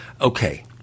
Okay